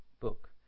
book